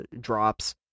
drops